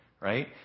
right